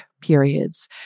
periods